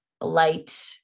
light